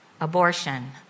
abortion